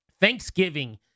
Thanksgiving